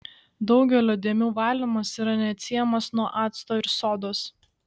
daugelio dėmių valymas yra neatsiejamas nuo acto ir sodos